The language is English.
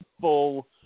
full